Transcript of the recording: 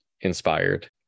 inspired